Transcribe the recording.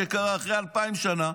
אחרי אלפיים שנה,